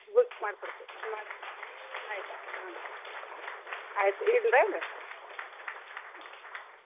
book ಮಾಡ್ಕೊಡ್ತೀವಿ ಹ್ಞೂ ಆಯ್ತು ಹಾಂ ಆಯ್ತು ಇಡ್ಲಾ ಏನು ಹ್ಞೂ